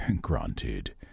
Granted